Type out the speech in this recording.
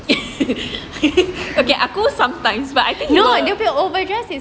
okay aku sometimes but I think